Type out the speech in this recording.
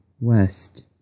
west